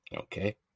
okay